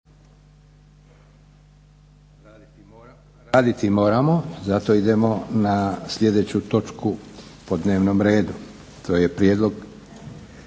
Raditi moramo, zato idemo na sljedeću točku po dnevnom redu. To je - Prijedlog